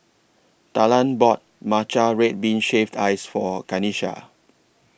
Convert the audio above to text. Talan bought Matcha Red Bean Shaved Ice For Kanisha